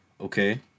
Okay